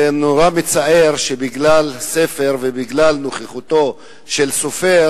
זה נורא מצער שבגלל ספר ובגלל נוכחותו של סופר